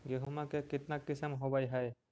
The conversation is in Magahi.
गेहूमा के कितना किसम होबै है?